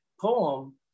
poem